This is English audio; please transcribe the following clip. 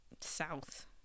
South